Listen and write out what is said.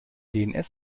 dns